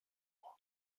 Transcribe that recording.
mois